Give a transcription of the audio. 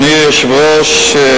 אדוני היושב-ראש,